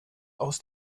aus